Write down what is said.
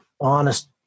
honest